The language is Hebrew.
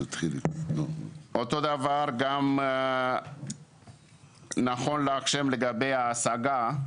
אותו דבר, נכון לעכשיו, גם לגבי ההשגה.